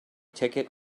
ticket